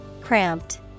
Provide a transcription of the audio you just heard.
cramped